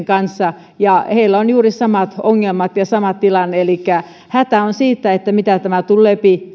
kanssa ja heillä on juuri samat ongelmat ja sama tilanne elikkä on hätä siitä mitä tämä tulee